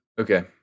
Okay